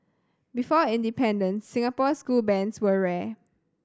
before independence Singapore school bands were rare